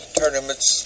tournaments